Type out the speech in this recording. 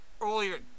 earlier